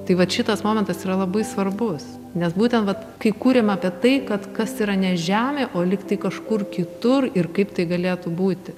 tai vat šitas momentas yra labai svarbus nes būtent vat kai kūrėm apie tai kad kas yra ne žemė o lygtai kažkur kitur ir kaip tai galėtų būti